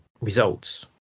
results